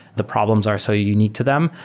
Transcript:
the problems are so unique to them.